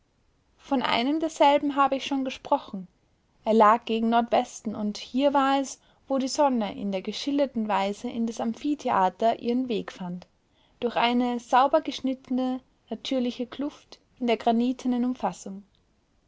von einem derselben habe ich schon gesprochen er lag gegen nordwesten und hier war es wo die sonne in der geschilderten weise in das amphitheater ihren weg fand durch eine sauber geschnittene natürliche kluft in der granitenen umfassung